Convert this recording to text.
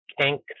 kink